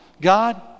God